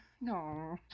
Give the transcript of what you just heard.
No